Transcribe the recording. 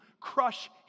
crush